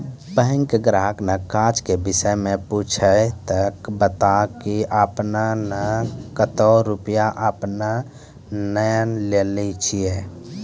Bank ग्राहक ने काज के विषय मे पुछे ते बता की आपने ने कतो रुपिया आपने ने लेने छिए?